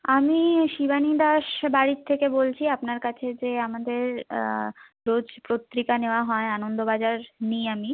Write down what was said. আমি শিবানী দাস বাড়ির থেকে বলছি আপনার কাছে যে আমাদের রোজ পত্রিকা নেওয়া হয় আনন্দবাজার নিই আমি